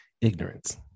ignorance